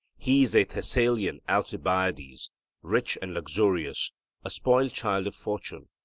he is a thessalian alcibiades, rich and luxurious a spoilt child of fortune,